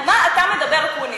על מה אתה מדבר, אקוניס?